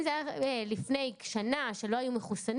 אם זה היה לפני שנה כשלא היו מחוסנים,